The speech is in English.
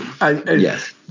Yes